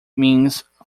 means